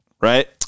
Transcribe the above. Right